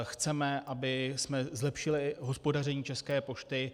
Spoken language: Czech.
Chceme, abychom zlepšili hospodaření České pošty.